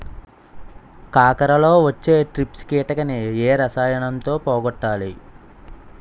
కాకరలో వచ్చే ట్రిప్స్ కిటకని ఏ రసాయనంతో పోగొట్టాలి?